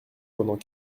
pendant